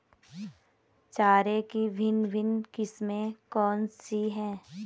चारे की भिन्न भिन्न किस्में कौन सी हैं?